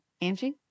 Angie